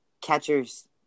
catchers